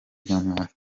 nyamwasa